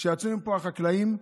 כשיצאו מפה החקלאים,